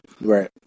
right